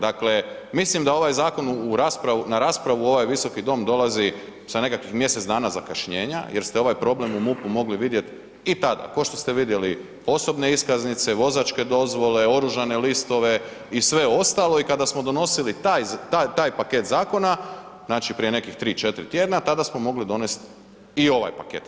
Dakle, mislim da ovaj zakon na raspravu u ovaj visoki dom dolazi sa nekakvih mjesec dana zakašnjenja jer ste ovaj problem u MUP-u mogli vidjet i tada, ko što ste vidjeli osobne iskaznice, vozačke dozvole, oružane listove i sve ostalo i kada smo donosili taj paket zakona znači prije nekih 3-4 tjedna tada smo mogli donest i ovaj paket.